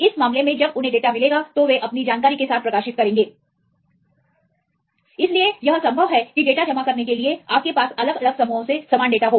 इस मामले में जब उन्हें डेटा मिलेगा तो वे अपनी जानकारी के साथ प्रकाशित करेंगे इसलिए यह संभव है कि डेटा जमा करने के लिए आपके पास अलग अलग समूहों से समान डेटा हो